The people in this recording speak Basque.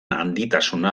handitasuna